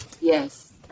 yes